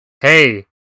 hey